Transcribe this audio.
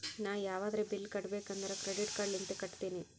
ನಾ ಯಾವದ್ರೆ ಬಿಲ್ ಕಟ್ಟಬೇಕ್ ಅಂದುರ್ ಕ್ರೆಡಿಟ್ ಕಾರ್ಡ್ ಲಿಂತೆ ಕಟ್ಟತ್ತಿನಿ